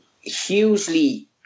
hugely